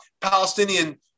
Palestinian